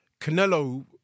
Canelo